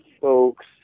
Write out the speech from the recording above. folks